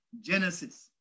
Genesis